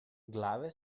glave